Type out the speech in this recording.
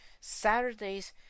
Saturdays